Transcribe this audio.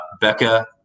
Becca